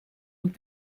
und